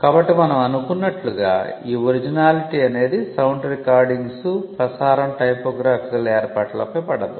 కాబట్టి మనం అనుకున్నట్లుగా ఈ ఒరిజినాలిటీ అనేది సౌండ్ రికార్డింగ్స్ ప్రసారం టైపోగ్రాఫికల్ ఏర్పాట్లపై పడదు